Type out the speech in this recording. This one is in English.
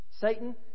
Satan